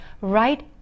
right